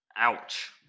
Ouch